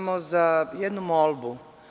Imam jednu molbu.